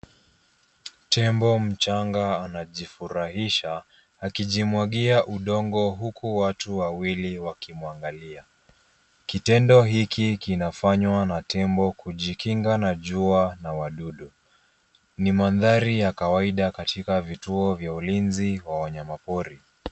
Tembo mchanga anajifurahisha akijimwagia udongo huku watu wawili wakimwangalia. Kitendo hiki kinafanywa na tembo kujikinga na jua na wadudu. Ni mandhari ya kawaida katika vituo vya ulinzi wa wanyama pori.